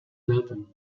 selten